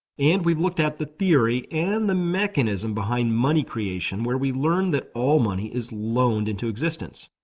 and we've looked at the theory and the mechanism behind money creation, where we learned that all money is loaned into existence.